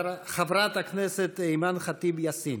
חברת הכנסת אימאן ח'טיב יאסין.